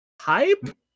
Hype